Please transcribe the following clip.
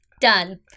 Done